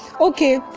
okay